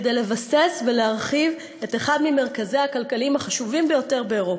כדי לבסס ולהרחיב את אחד ממרכזיה הכלכליים החשובים ביותר באירופה,